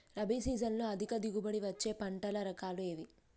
రబీ సీజన్లో అధిక దిగుబడి వచ్చే పంటల రకాలు ఏవి?